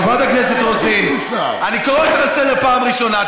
חברת הכנסת רוזין, אני קורא אותך לסדר פעם ראשונה.